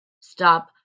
Stop